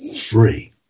free